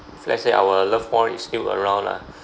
let's say our loved one is still around lah